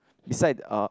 beside uh